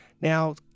Now